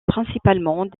principalement